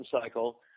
cycle